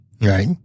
Right